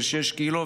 של 6 קילו,